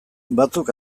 batzuk